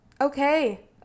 Okay